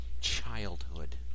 childhood